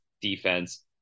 defense